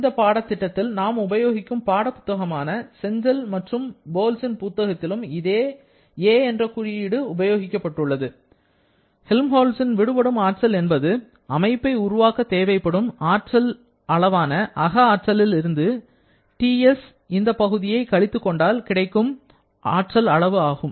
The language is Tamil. இந்த பாடத்திட்டத்தில் நாம் உபயோகிக்கும் பாட புத்தகமான செஞ்சல் மட்டும் போல்சின் புத்தகத்திலும் இதே 'a' என்ற குறியீடு உபயோகிக்கப் பட்டுள்ளது ஹெல்ம்ஹால்ட்ஸ் விடுபடும் ஆற்றல் என்பது அமைப்பை உருவாக்க தேவைப்படும் ஆற்றல் அளவான அகஆற்றலில் இருந்து TS இந்த பகுதியை கழித்துக்கொண்டால் கிடைக்கும் அளவு ஆகும்